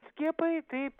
skiepai taip